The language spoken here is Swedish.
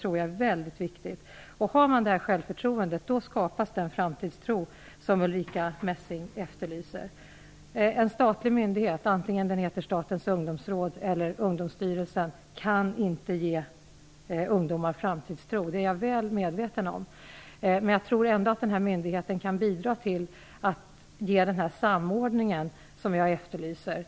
Om man har självförtroende skapas den framtidstro som Ulrica Messing efterlyser. En statlig myndighet, oavsett om den heter Statens ungdomsråd eller Ungdomsstyrelsen kan inte ge ungdomar framtidstro. Det är jag väl medveten om. Men jag tror ändå att den här myndigheten kan bidra till samordningen som jag efterlyser.